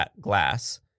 glass